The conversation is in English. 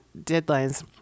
deadlines